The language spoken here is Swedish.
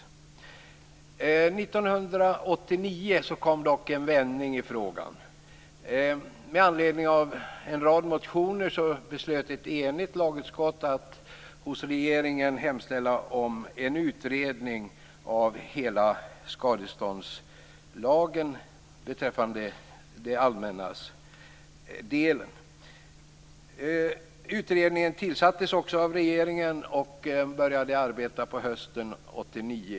År 1989 kom dock en vändning i frågan. Med anledning av en rad motioner beslöt ett enigt lagutskott att hos regeringen hemställa om en utredning av den del i skadeståndslagen som rör det allmännas ansvar. Utredningen tillsattes av regeringen och började arbeta på hösten 1989.